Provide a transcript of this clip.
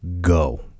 Go